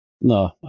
No